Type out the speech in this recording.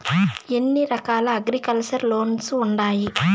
ఎన్ని రకాల agriculture loans ఉండాయి